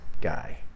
guy